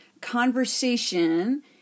conversation